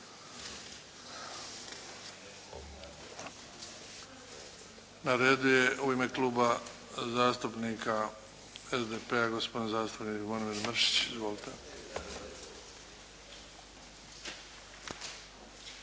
Na redu je u ime Kluba zastupnika SDP-a, gospodin zastupnik Zvonimir Mršić. Izvolite.